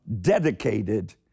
dedicated